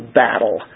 battle